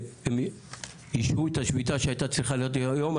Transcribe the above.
שהם אישרו את השביתה שהייתה צריכה להיות היום.